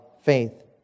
faith